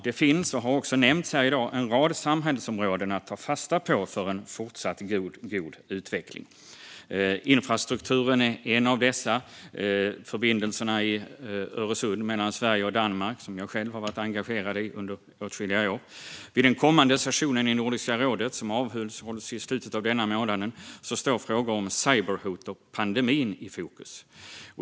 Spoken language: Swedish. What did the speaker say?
Här i dag har också nämnts en rad samhällsområden att ta fasta på för en fortsatt god utveckling. Infrastrukturen är ett av dessa, till exempel förbindelserna i Öresund mellan Sverige och Danmark, som jag själv har varit engagerad för under åtskilliga år. Vid den kommande sessionen för Nordiska rådet, som avhålls i slutet av denna månad, står frågor om cyberhot och pandemin i fokus.